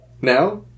Now